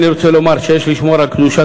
אני רוצה לומר שיש לשמור על קדושת